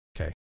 Okay